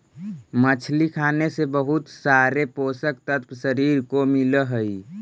मछली खाने से बहुत सारे पोषक तत्व शरीर को मिलअ हई